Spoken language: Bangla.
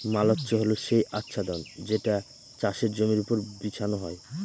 মালচ্য হল সেই আচ্ছাদন যেটা চাষের জমির ওপর বিছানো হয়